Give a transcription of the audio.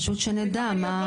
פשוט שנדע מה דפקטו.